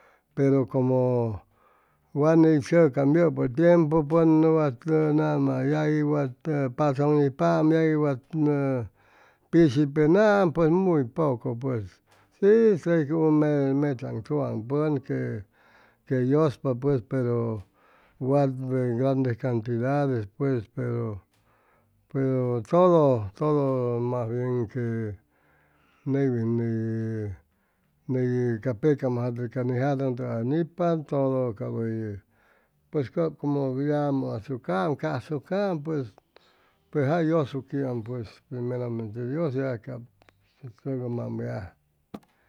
Pero como wa ney tzʉcam yʉpʉ tiempu pʉn wat nama yagui wat pazʉŋ nipaam yagui wat pishi penaam pues muy poco pues si segun mechaŋ tugaŋ pʉn que que yʉspa pues pero wat grandes cantidades pues pero todo todo mas bien que neuywin ne ney ca pecam jate ca ni tatʉŋtʉgay nipa todo cap hʉy pues cap como yamʉ azucam cazucaam pues pues jay yʉsuquiam pues primeramente dios ya cap tzʉgʉmam ya